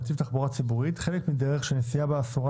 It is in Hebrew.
"נתיב תחבורה ציבורית" חלק מדרך שהנסיעה בה אסורה,